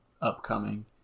upcoming